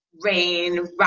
rain